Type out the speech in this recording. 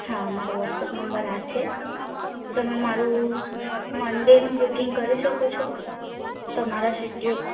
હા હા મારો વ્હોટ્સએપ નંબર આ છે તમે મારું મંડેનું બુકિંગ કરી શકો છો તમારા શેડ્યુલ